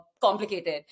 complicated